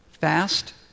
fast